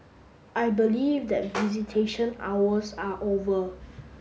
I believe that visitation hours are over